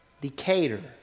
Decatur